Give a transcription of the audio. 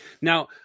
Now